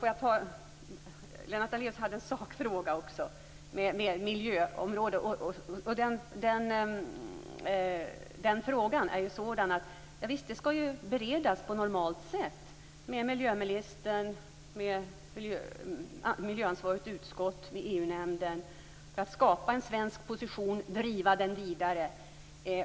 Lennart Daléus hade också en sakfråga om miljöområdet. Javisst, det skall beredas på normalt sätt med miljöministern, med miljöansvarigt utskott och med EU-nämnden för att skapa en svensk position och driva den vidare.